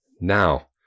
Now